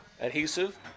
adhesive